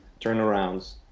turnarounds